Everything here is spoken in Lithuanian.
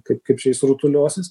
kaip kaip čia jis rutuliosis